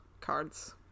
cards